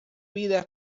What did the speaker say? vida